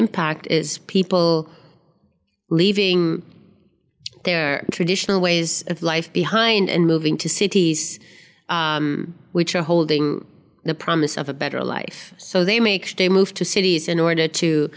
impact is people leaving their traditional ways of life behind and moving to cities um which are holding the promise of a better life so they make they move to cities in order to